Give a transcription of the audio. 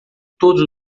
todos